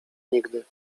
nigdy